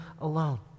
alone